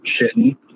shitting